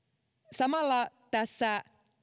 samalla tässä